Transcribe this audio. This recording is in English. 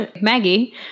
maggie